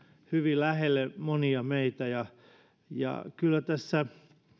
hyvin lähelle monia meitä kyllä tässä